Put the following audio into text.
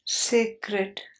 sacred